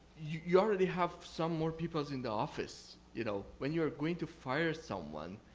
you already have some more peoples in the office. you know when you are going to fire someone,